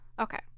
Okay